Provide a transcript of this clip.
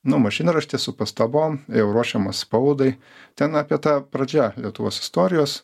nu mašinraštis su pastabom jau ruošiamas spaudai ten apie tą pradžia lietuvos istorijos